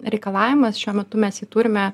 reikalavimas šiuo metu mes jį turime